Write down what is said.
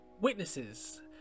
witnesses